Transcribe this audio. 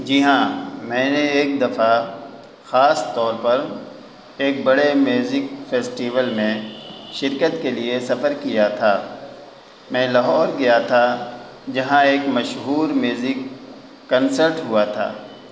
جی ہاں میں نے ایک دفعہ خاص طور پر ایک بڑے میوزک فیسٹیول میں شرکت کے لیے سفر کیا تھا میں لاہور گیا تھا جہاں ایک مشہور میوزک کنسرٹ ہوا تھا